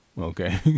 Okay